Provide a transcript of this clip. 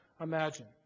imagine